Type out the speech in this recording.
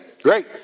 Great